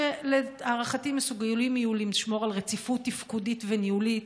שלהערכתי מסוגלים יהיו לשמור על רציפות תפקודית וניהולית,